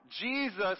Jesus